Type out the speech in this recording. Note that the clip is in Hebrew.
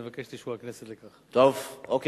ואני מבקש את אישור הכנסת לכך.